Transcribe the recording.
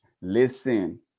listen